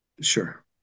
Sure